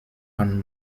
kann